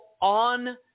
on